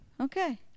Okay